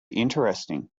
interesting